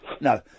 No